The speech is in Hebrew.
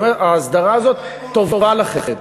אני אומר: ההסדרה הזאת טובה לכם.